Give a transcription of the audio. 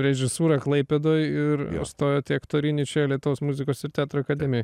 režisūrą klaipėdoj ir stojot į aktorinį čia lietuvos muzikos ir teatro akademijoj